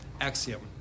axiom